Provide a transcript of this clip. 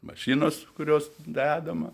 mašinos kurios dedama